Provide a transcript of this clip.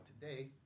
today